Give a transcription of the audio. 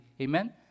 Amen